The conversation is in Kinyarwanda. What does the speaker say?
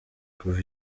kuva